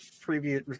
previous